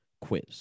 quiz